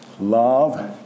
love